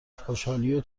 خوشحالیو